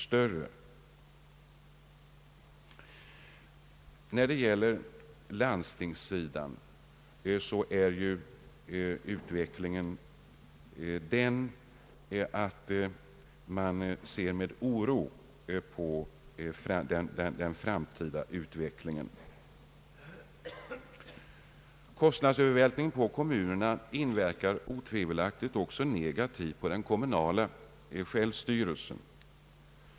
På landstingssidan ser man med oro på den framtida utvecklingen. Kostnadsövervältringen på kommunerna inverkar otvivelaktigt också negativt på den kommunala självstyrelsen.